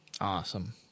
Awesome